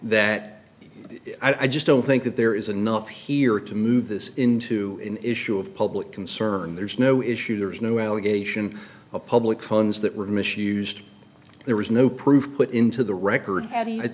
that i just don't think that there is an up here to move this into an issue of public concern there's no issue there's no allegation of public funds that were misused there was no proof put into the record